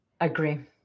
Agree